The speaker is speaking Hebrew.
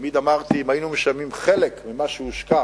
תמיד אמרתי: אם היינו משלמים חלק ממה שהושקע